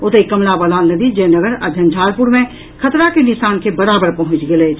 ओतहि कमला बलान नदी जयनगर आ झंझारपुर मे खतरा के निशान के बराबर पहुंचि गेल अछि